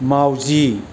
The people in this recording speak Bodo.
माउजि